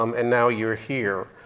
um and now you're here.